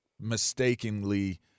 mistakenly